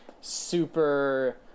super